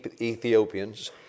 Ethiopians